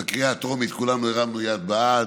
בקריאה הטרומית כולנו הרמנו יד בעד,